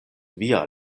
via